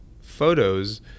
photos